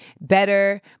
better